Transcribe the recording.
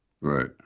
Right